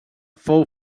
fou